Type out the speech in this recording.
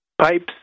pipes